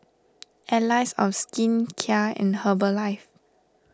Allies of Skin Kia and Herbalife